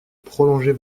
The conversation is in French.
prolonger